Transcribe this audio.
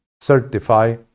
certify